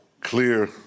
clear